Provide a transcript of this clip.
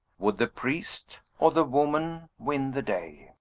would the priest or the woman win the day?